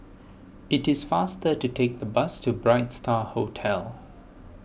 it is faster to take the bus to Bright Star Hotel